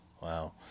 Wow